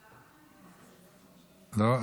לא.